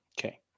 Okay